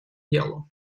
делу